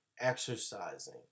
exercising